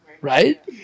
Right